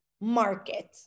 market